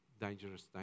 dangerous